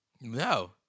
No